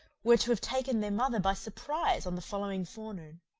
were to have taken their mother by surprise on the following forenoon.